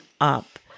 up